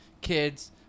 kids